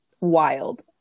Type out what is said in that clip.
wild